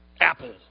Apple